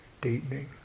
deepening